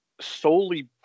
solely